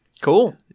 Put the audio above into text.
Cool